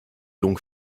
donc